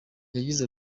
yagize